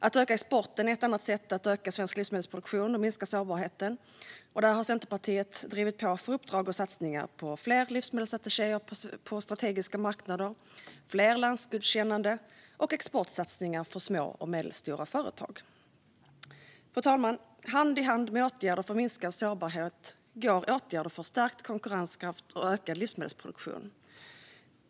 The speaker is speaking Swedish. Att öka exporten är ett annat sätt att öka svensk livsmedelsproduktion och minska sårbarheten, och där har Centerpartiet drivit på för uppdrag och satsningar på fler livsmedelsattachéer på strategiska marknader, fler landsgodkännanden och exportsatsningar för små och medelstora företag. Fru talman! Hand i hand med åtgärder för minskad sårbarhet går åtgärder för stärkt konkurrenskraft och ökad livsmedelsproduktion.